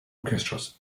orchestras